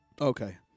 okay